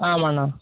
ஆமாம் அண்ணா